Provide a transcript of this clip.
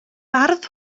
bardd